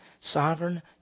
sovereign